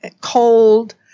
cold